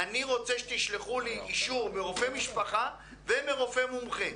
אני רוצה שתשלחו לי אישור מרופא משפחה ומרופא מומחה.